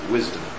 Wisdom